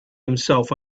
himself